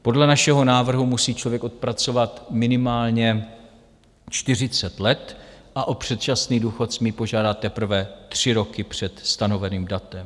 Podle našeho návrhu musí člověk odpracovat minimálně 40 let a o předčasný důchod smí požádat teprve tři roky před stanoveným datem.